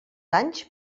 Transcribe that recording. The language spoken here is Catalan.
anys